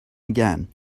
again